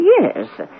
yes